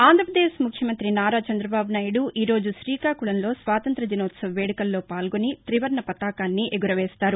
ఆంధ్రపదేశ్ ముఖ్యమంత్రి నారా చందబాబునాయుడు ఈ రోజు శ్రీకాకుళం లో స్వాతం్ర్య దినోత్సవ వేదుకల్లో పాల్గొని తివర్ణ పతాకాన్ని ఎగురవేస్తారు